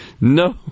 No